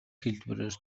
хэлбэрээр